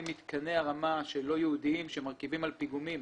מתקני הרמה לא ייעודיים שמרכיבים על פיגומים.